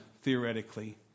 theoretically